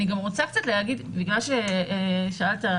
בגלל ששאלת,